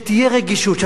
שתהיה רגישות,